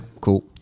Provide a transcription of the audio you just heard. cool